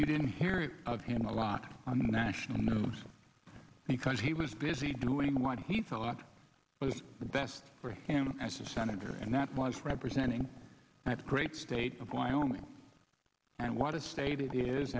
you didn't hear of him a lot on the national news because he was busy doing what he thought was the best for him as a senator and that was representing that great state of wyoming and what a state it is